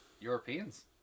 Europeans